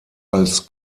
als